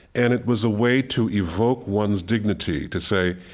and it was a way to evoke one's dignity, to say,